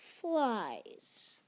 flies